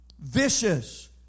Vicious